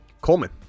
Coleman